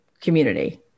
community